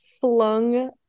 flung